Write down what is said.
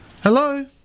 Hello